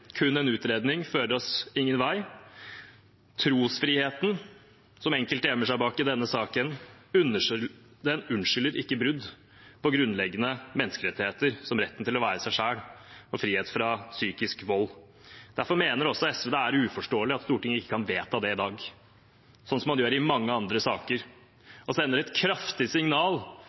Kun en utredning fører oss ingen vei. Trosfriheten, som enkelte gjemmer seg bak i denne saken, unnskylder ikke brudd på grunnleggende menneskerettigheter, som retten til å være seg selv og frihet fra psykisk vold. Derfor mener også SV det er uforståelig at Stortinget ikke kan vedta det i dag, på samme måte som man gjør i mange andre saker, og sende et kraftig signal